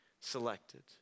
selected